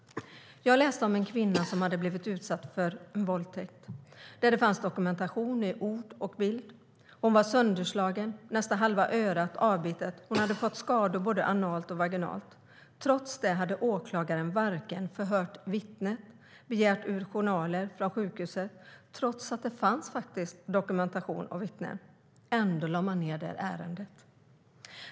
Jag läste om en kvinna som hade blivit utsatt för en våldtäkt. Det fanns dokumentation i ord och bild. Hon var sönderslagen; nästan halva örat var avbitet. Hon hade fått skador både analt och vaginalt. Trots det hade åklagaren varken förhört vittne eller begärt utdrag ur journaler från sjukhuset. Trots att det fanns dokumentation och vittnen lade man ned ärendet.